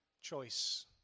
choice